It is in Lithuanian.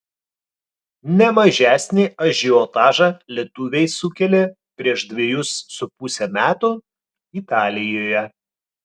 ne mažesnį ažiotažą lietuviai sukėlė prieš dvejus su puse metų italijoje